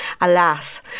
Alas